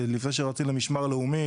לפני שרצים למשמר לאומי,